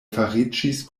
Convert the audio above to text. fariĝis